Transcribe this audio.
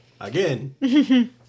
Again